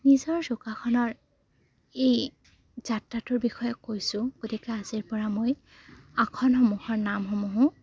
নিজৰ যোগাসনৰ এই যাত্ৰাটোৰ বিষয়ে কৈছোঁ গতিকে আজিৰপৰা মই আসনমূহৰ নামসমূহো